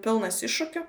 pilnas iššūkių